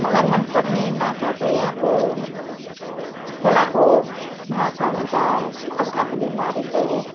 मलाई मनपर्ने माछा चाहिँ अब खोलाको माछा हुन्छ अब आफूले मारेको